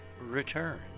return